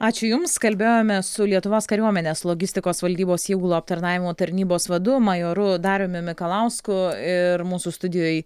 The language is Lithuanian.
ačiū jums kalbėjome su lietuvos kariuomenės logistikos valdybos įgulų aptarnavimo tarnybos vadu majoru dariumi mikalausku ir mūsų studijoj